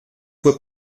fue